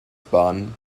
bahnen